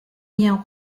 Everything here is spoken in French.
liens